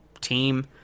team